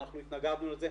אנחנו התנגדנו לזה,